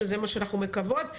וזה מה שאנחנו מקוות.